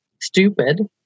stupid